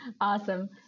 Awesome